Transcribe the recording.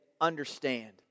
understand